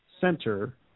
Center